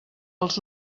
els